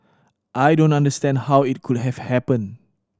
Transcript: I don't understand how it could have happened